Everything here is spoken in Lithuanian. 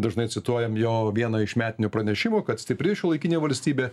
dažnai cituojam jo vieną iš metinių pranešimų kad stipri šiuolaikinė valstybė